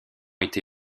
été